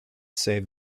save